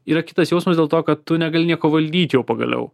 yra kitas jausmas dėl to kad tu negali nieko valdyt jau pagaliau